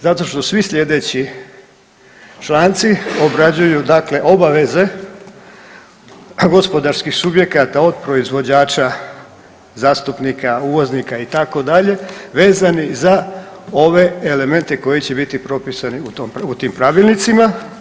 Zato što svi sljedeći članci obrađuju dakle obaveze gospodarskih subjekata od proizvođača, zastupnika, uvoza, itd., vezani za ove elemente koji će biti propisani u tim pravilnicima.